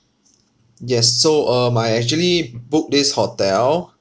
yes so um I actually booked this hotel